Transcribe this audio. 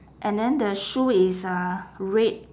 and then the shoe is uh red